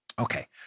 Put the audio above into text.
Okay